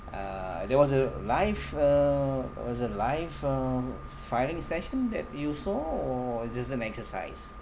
uh there was a live uh was it live uh flying session that you saw or it's just an exercise